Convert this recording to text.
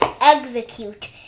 execute